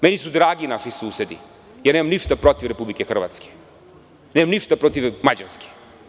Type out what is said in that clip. Meni su dragi naši susedi i nemam ništa protiv Republike Hrvatske, protiv Mađarske.